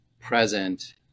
present